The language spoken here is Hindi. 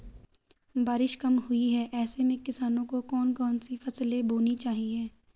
बारिश कम हुई है ऐसे में किसानों को कौन कौन सी फसलें बोनी चाहिए?